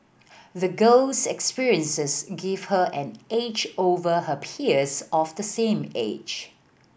the girl's experiences give her an edge over her peers of the same age